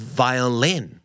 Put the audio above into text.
violin